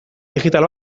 digital